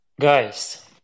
Guys